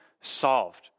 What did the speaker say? solved